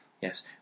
Yes